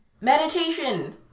meditation